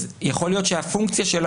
אז יכול להיות שהפונקציה שם,